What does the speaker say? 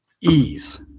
ease